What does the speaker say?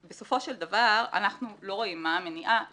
בסופו של דבר, אנחנו לא רואים מה המניעה לחקור,